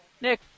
Nick